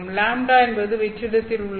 λ என்பது வெற்றிடத்தில் உள்ளது